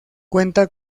cuenta